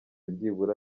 byibura